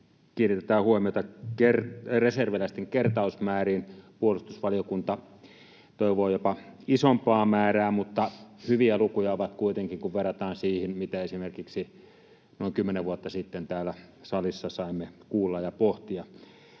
kiinnitetään huomiota reserviläisten kertausmääriin. Puolustusvaliokunta toivoo jopa isompaa määrää, mutta hyviä lukuja ovat kuitenkin, kun verrataan siihen, mitä esimerkiksi noin kymmenen vuotta sitten täällä salissa saimme kuulla ja pohtia.